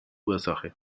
ursache